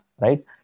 right